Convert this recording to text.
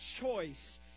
choice